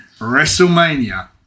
WrestleMania